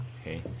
okay